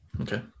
Okay